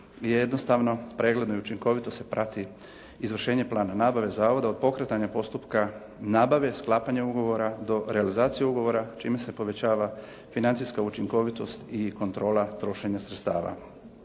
jednostavno, pregledno i učinkovito se prati izvršenje plana nabave zavoda od pokretanja postupka nabave, sklapanja ugovora do realizacije ugovora čime se povećava financijska učinkovitost i kontrola trošenja sredstava.